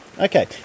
Okay